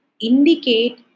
indicate